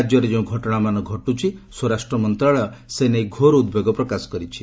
ରାଜ୍ୟରେ ଯେଉଁ ଘଟଣାମାନ ଘଟୁଛି ସ୍ୱରାଷ୍ଟ୍ର ମନ୍ତ୍ରଶାଳୟ ସେ ନେଇ ଘୋର ଉଦ୍ବେଗ ପ୍ରକାଶ କରିଛି